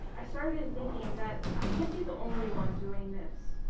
i started thinking that i can't be the only one doing this,